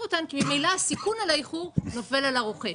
אותם כי ממילא הסיכון על האיחור נופל על הרוכש.